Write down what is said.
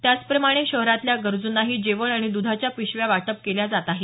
त्याचप्रमाणे शहरातल्या गरज़ंनाही जेवण आणि दुधाच्या पिशव्या वाटप केल्या जात आहेत